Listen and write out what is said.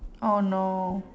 oh no